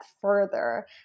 further